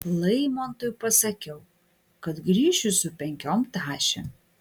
laimontui pasakiau kad grįšiu su penkiom tašėm